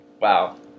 Wow